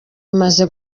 imaze